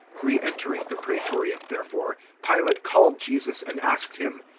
re-entering the praetorium, therefore, pilate called jesus and asked him,